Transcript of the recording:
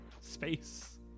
space